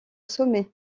sommet